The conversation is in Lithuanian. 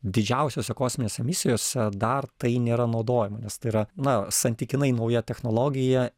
didžiausiose kosminėse misijose dar tai nėra naudojama nes tai yra na santykinai nauja technologija